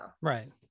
Right